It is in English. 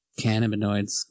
cannabinoids